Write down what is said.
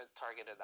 targeted